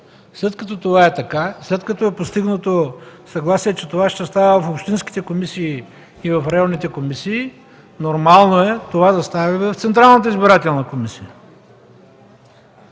След като това е така, след като е постигнато съгласие, че това ще става в общинските и районните комисии, нормално е това да стане и в Централната избирателна комисия.